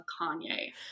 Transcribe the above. Kanye